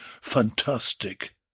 fantastic